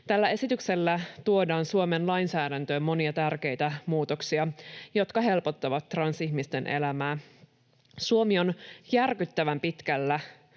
Tällä esityksellä tuodaan Suomen lainsäädäntöön monia tärkeitä muutoksia, jotka helpottavat transihmisten elämää. Suomi on järkyttävän pitkällä